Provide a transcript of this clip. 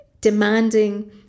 demanding